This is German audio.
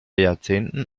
jahrzehnten